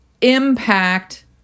impact